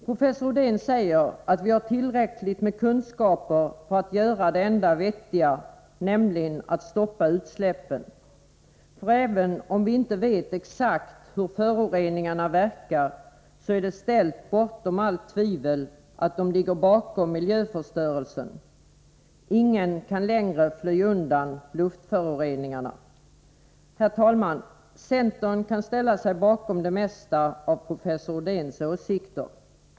Professor Odén säger att vi har tillräckligt med kunskaper för att göra det enda vettiga, nämligen att stoppa utsläppen, för även om vi inte vet exakt hur föroreningarna verkar, så är det ställt utom allt tvivel att de ligger bakom miljöförstörelsen. Ingen kan längre fly undan luftföroreningarna. Herr talman! Centern kan ställa sig bakom det mesta av professor Odéns åsikter.